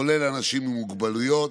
כולל אנשים עם מוגבלויות,